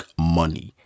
money